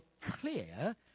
clear